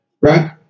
right